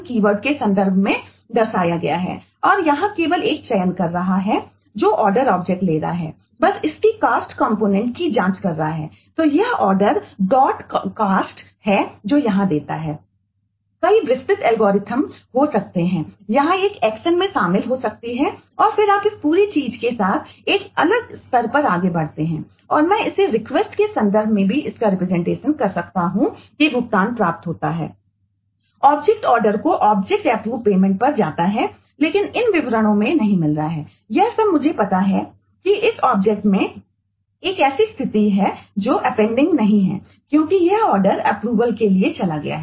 कई विस्तृत algorithm approval के लिए चला गया है